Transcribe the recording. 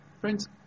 Friends